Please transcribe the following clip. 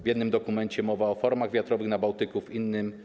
W jednym dokumencie mowa o farmach wiatrowych na Bałtyku, w innym.